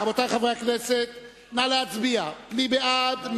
רבותי חברי הכנסת, נא להצביע, מי בעד?